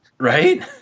Right